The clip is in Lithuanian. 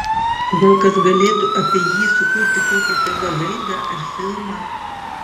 gal kas galėtų apie jį sukurti kokią tv laidą ar filmą